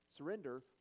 Surrender